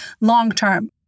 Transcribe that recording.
long-term